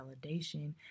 validation